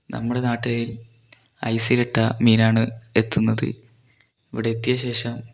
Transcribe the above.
നമ്മുടെ നാട്ടിലയിൽ ഐസിലിട്ട മീനാണ് എത്തുന്നത് ഇവിടെ എത്തിയശേഷം